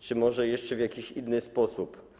czy może jeszcze w jakiś inny sposób?